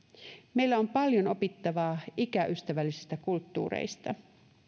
meillä on paljon opittavaa ikäystävällisistä kulttuureista